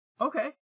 Okay